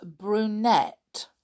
brunette